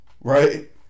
right